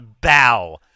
bow